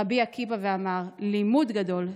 רבי עקיבא ואמר: תלמוד גדול,